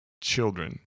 children